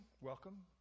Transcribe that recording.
welcome